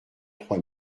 trois